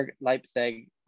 Leipzig